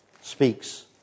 speaks